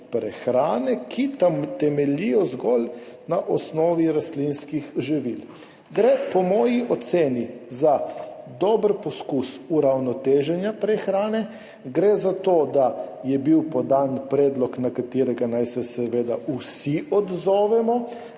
prehrane, ki temelji zgolj na osnovi rastlinskih živil. Gre po moji oceni za dober poskus uravnoteženja prehrane, gre za to, da je bil podan predlog, na katerega naj se seveda vsi odzovemo.